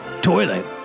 toilet